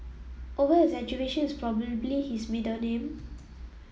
over exaggeration is probably his middle name